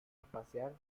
espacial